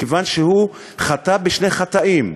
מכיוון שהוא חטא בשני חטאים,